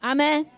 Amen